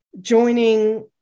joining